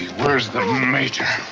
where's the major?